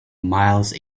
miles